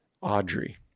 Audrey